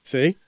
See